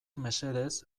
mesedez